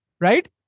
Right